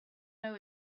know